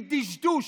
מדשדוש,